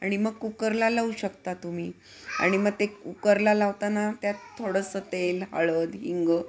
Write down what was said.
आणि मग कुकरला लावू शकता तुम्ही आणि मग ते कुकरला लावताना त्यात थोडंसं तेल हळद हिंगं